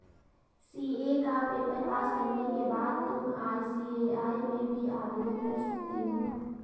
CA का paper pass करने के बाद तुम आई.सी.ए.आई में भी आवेदन कर सकते हो